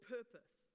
Purpose